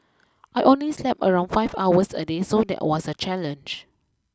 I only slept around five hours a day so that was a challenge